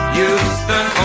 Houston